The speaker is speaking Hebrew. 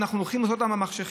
ואנחנו הולכים לעשות לה במחשכים,